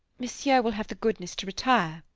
monsieur will have the goodness to retire,